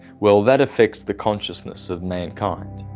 well, that affects the consciousness of mankind.